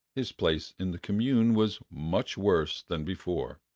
his place in the commune was much worse than before.